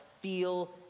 feel